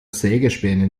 sägespäne